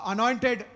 Anointed